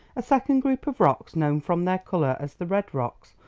a second group of rocks, known from their colour as the red rocks,